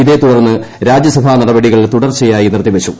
ഇതേ തുടർന്ന് രാജ്യസഭാ നടപടികൾ തുടർച്ചയായി നിർത്തി വച്ചു